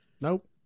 Nope